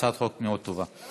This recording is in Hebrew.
הצעת חוק טובה מאוד.